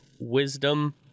Wisdom